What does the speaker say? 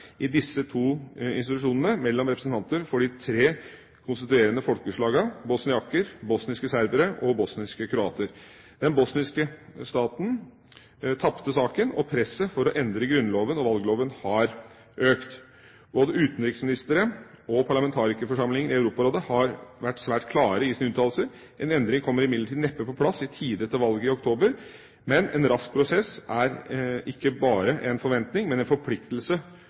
i disse to institusjonene mellom representanter for de tre konstituerende folkeslagene, bosnjaker, bosniske serbere og bosniske kroater. Den bosniske staten tapte saken, og presset for å endre grunnloven og valgloven har økt. Både utenriksministrene og parlamentarikerforsamlingen i Europarådet har vært svært klare i sine uttalelser. En endring kommer imidlertid neppe på plass i tide til valget i oktober. Men en rask prosess er ikke bare en forventning, men en forpliktelse